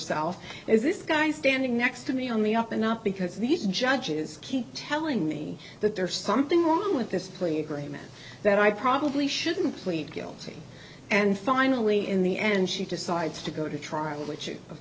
herself is this guy standing next to me on the up and up because these judges keep telling me that there's something wrong with this plea agreement that i probably shouldn't plead guilty and finally in the end she decides to go to trial which of